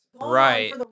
right